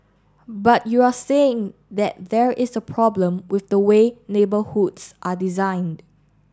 but you're saying that there is a problem with the way neighbourhoods are designed